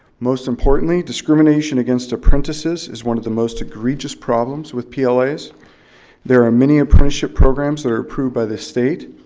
most importantly, discrimination against apprentices is one of the most egregious problems with plas. there are many apprenticeship programs that are approved by the state.